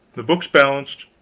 the books balanced,